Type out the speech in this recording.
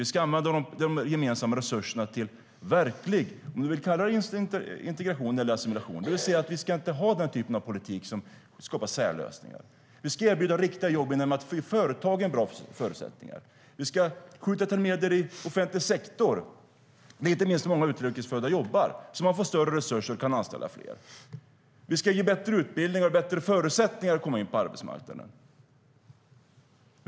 Vi ska använda de gemensamma resurserna till verklig integration eller assimilation - vad man nu vill kalla det. Vi ska inte ha den typen av politik som skapar särlösningar. Vi ska erbjuda riktiga jobb genom att ge företagen bra förutsättningar. Vi ska skjuta till medel i offentlig sektor, där inte minst många utrikesfödda jobbar, så att man får större resurser och kan anställa fler. Vi ska ge bättre utbildningar och bättre förutsättningar att komma in på arbetsmarknaden.